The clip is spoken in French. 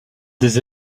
des